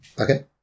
Okay